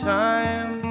time